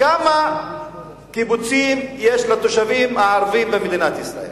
כמה קיבוצים יש לתושבים הערבים במדינת ישראל?